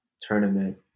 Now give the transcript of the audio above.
tournament